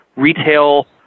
retail